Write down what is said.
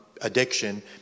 addiction